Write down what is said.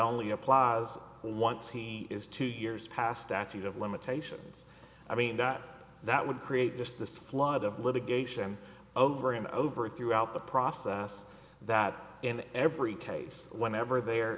only applies once he is two years past actions of limitations i mean that that would create just this flood of litigation over and over throughout the process that in every case whenever there